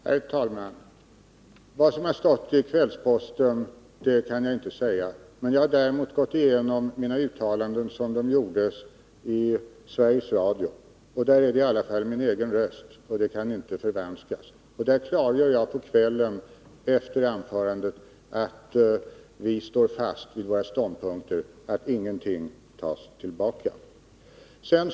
Herr talman! Vad som har stått i Kvällsposten kan jag inte säga. Jag har däremot gått igenom mina uttalanden som de gjordes i Sveriges Radio, och där är det i alla fall fråga om min egen röst, så de uttalandena kan inte förvanskas. Där klargör jag på kvällen efter anförandet att vi står fast vid våra ståndpunkter och att ingenting tas tillbaka.